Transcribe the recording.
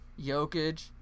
Jokic